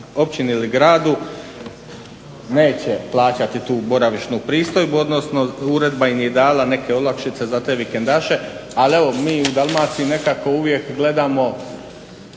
općini ili gradu neće plaćati tu boravišnu pristojbu odnosno uredba im je dala neke olakšice za te vikendaše. Ali evo mi u Dalmaciji nekako uvijek gledamo